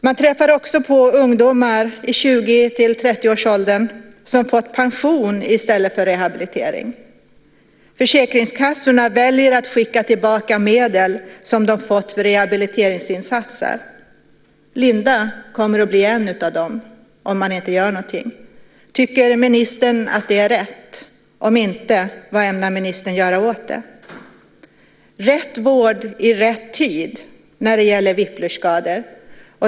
Man träffar också ungdomar i 20-30-årsåldern som fått pension i stället för rehabilitering. Försäkringskassorna väljer att skicka tillbaka medel som de har fått för rehabiliteringsinsatser. Linda kommer att bli en av dem om man inte gör något. Tycker ministern att det är rätt? Om inte, vad ämnar ministern att göra åt det? Rätt vård i rätt tid när det gäller whiplash skador.